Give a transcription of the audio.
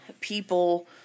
people